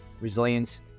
resilience